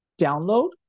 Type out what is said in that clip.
download